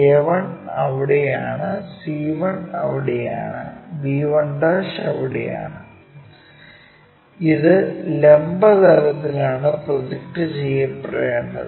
a1 അവിടെയാണ് c1 അവിടെയാണ് b1 അവിടെയാണ് ഇത് ലംബ തലത്തിൽ ആണ് പ്രൊജക്റ്റ് ചെയ്യപ്പെടേണ്ടത്